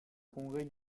congrès